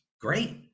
great